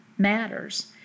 matters